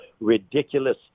ridiculous